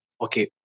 Okay